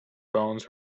bones